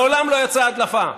מעולם לא יצאה הדלפה.